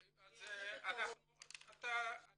אני